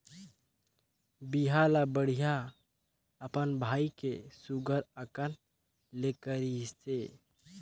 बिहा ल बड़िहा अपन भाई के सुग्घर अकन ले करिसे